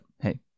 hey